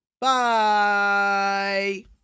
Bye